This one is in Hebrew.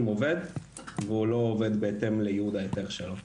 עובד והוא לא עובד בהתאם ליעוד ההיתר שלו,